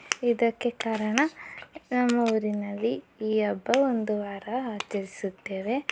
ಇದಕ್ಕೆ ಕಾರಣ ನಮ್ಮ ಊರಿನಲ್ಲಿ ಈ ಹಬ್ಬ ಒಂದು ವಾರ ಆಚರಿಸುತ್ತೇವೆ